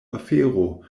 afero